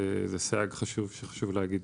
זה סייג שחשוב להגיד.